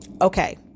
Okay